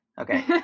Okay